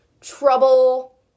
trouble